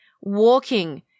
walking